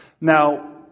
Now